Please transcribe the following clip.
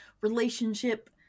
relationship